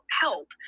help